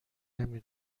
نمی